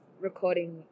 recording